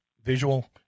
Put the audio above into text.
Visual